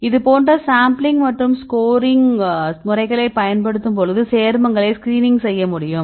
இதுபோன்ற சாம்பிளிங் மற்றும் ஸ்கோரிங் முறைகளைப் பயன்படுத்தும் பொழுது சேர்மங்களை ஸ்கிரீனிங் செய்ய முடியும்